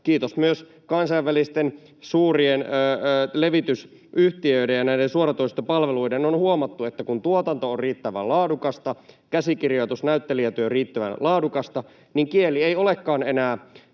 kiitos myös kansainvälisten suurien levitysyhtiöiden ja suoratoistopalveluiden — huomattu, että kun tuotanto on riittävän laadukasta, käsikirjoitus, näyttelijätyö riittävän laadukasta, niin kieli ei olekaan enää